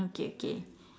okay okay